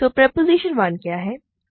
तो प्रोपोज़िशन 1 क्या है